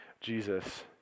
Jesus